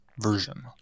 version